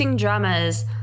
dramas